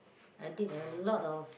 I did a lot of